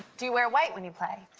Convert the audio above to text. do you wear white when you play?